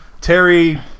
Terry